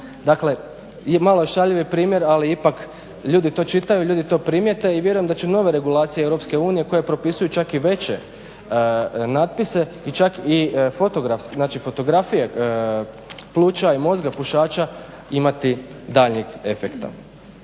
Dakle, malo je šaljiv primjer ali ipak ljudi to čitaju, ljudi to primijete i vjerujem da će nove regulacije EU koje propisuju čak i veće natpise čak i fotografski, znači fotografije pluća i mozga pušaća imati daljnjih efekta.